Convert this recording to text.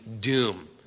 doom